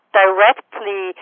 directly